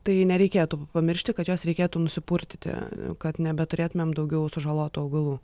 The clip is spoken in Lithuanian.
tai nereikėtų pamiršti kad juos reikėtų nusipurtyti kad nebeturėtumėm daugiau sužalotų augalų